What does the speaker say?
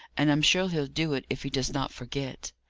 and i'm sure he'll do it if he does not forget.